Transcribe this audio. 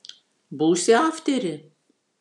būsi aftery